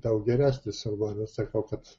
daug geresnis romanas sakau kad